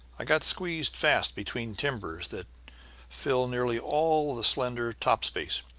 i got squeezed fast between timbers that fill nearly all the slender top space,